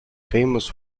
famous